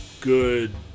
good